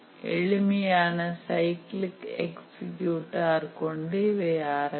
எளிமையான cyclic executor கொண்டு இவை ஆரம்பிக்கும்